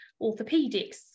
orthopedics